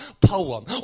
poem